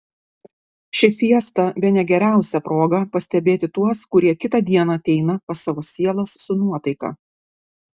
ši fiesta bene geriausia proga pastebėti tuos kurie kitą dieną ateina pas savo sielas su nuotaika